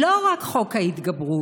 לא רק חוק ההתגברות,